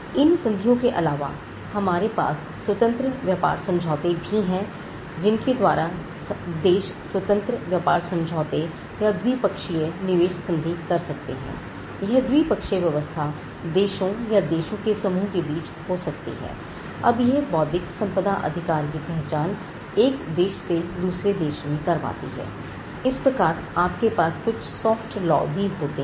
इन संधियों के अलावा हमारे पास स्वतंत्र व्यापार समझौते भी हैं जिनके द्वारा देश स्वतंत्र व्यापार समझौते या द्विपक्षीय निवेश संधि कर सकते हैं यह द्विपक्षीय व्यवस्था देशों या देशों के समूह के बीच हो सकती है अब यह बौद्धिक संपदा अधिकार की पहचान एक देश से दूसरे देश में करवाती हैं इस प्रकार आपके पास कुछ soft law भी होते हैं